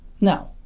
Now